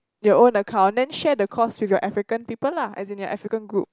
your own account then share the course with your African people lah as in your African group